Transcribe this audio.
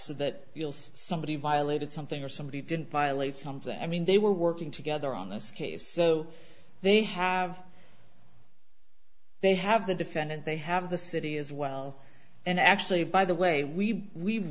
so that you'll see somebody violated something or somebody didn't violate something i mean they were working together on this case so they have they have the defendant they have the city as well and actually by the way we we've